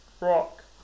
rock